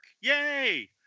Yay